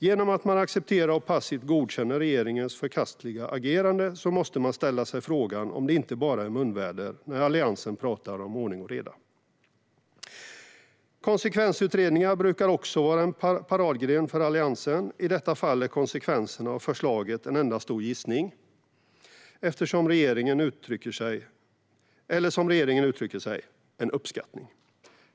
Genom att man accepterar och passivt godkänner regeringens förkastliga agerande måste vi fråga oss om det inte bara är munväder när Alliansen pratar om ordning och reda. Konsekvensutredningar brukar också vara en paradgren för Alliansen. I detta fall är konsekvenserna av förslaget en enda stor gissning, eller som regeringen uttrycker sig "en uppskattning".